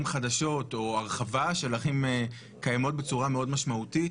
חדשים או הרחבת הקיימות בצורה משמעותית,